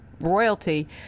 royalty